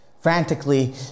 Frantically